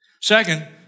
Second